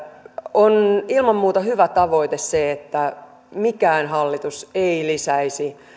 on ilman muuta hyvä tavoite että mikään hallitus ei lisäisi